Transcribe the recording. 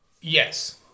Yes